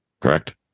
correct